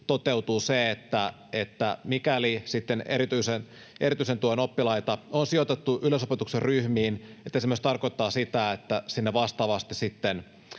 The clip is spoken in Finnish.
toteutuu se, että mikäli sitten erityisen tuen oppilaita on sijoitettu yleisopetuksen ryhmiin, se myös tarkoittaa sitä, että sinne vastaavasti